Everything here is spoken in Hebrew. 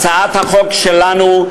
הצעת החוק שלנו,